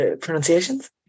pronunciations